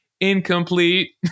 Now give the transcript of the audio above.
incomplete